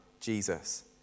Jesus